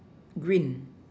green